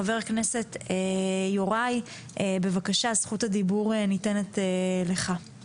חבר הכנסת יוראי, זכות הדיבור ניתנת לך, בבקשה.